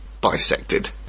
bisected